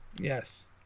Yes